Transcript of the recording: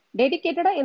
dedicated